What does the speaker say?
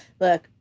Look